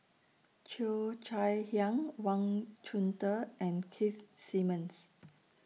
Cheo Chai Hiang Wang Chunde and Keith Simmons